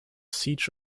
siege